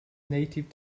native